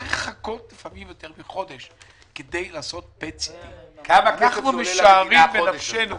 לפעמים צריך לחכות יותר מחודש כדי לעשות PET-CT. אנחנו משערים בנפשנו